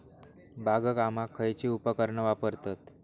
बागकामाक खयची उपकरणा वापरतत?